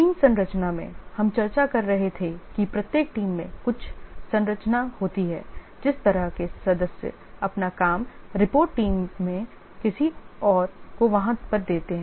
team संरचना में हम चर्चा कर रहे थे कि प्रत्येक टीम में कुछ संरचना होती है जिस तरह से सदस्य अपना काम रिपोर्ट टीम में किसी और को वहाँ पर देते हैं